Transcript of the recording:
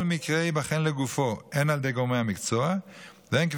כל מקרה ייבחן לגופו הן על ידי גורמי המקצוע והן,